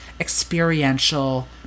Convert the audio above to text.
experiential